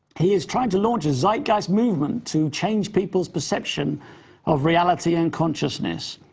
he is trying to launch a zeitgeist movement to change people's perception of reality and consciousness.